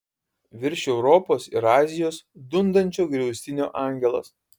virš europos ir azijos dundančio griaustinio angelas